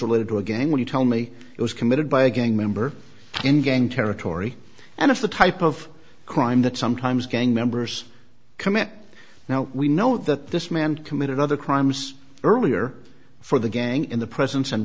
related to a gang when you tell me it was committed by a gang member in gang territory and it's the type of crime that sometimes gang members commit now we know that this man committed other crimes earlier for the gang in the presence and